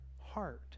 heart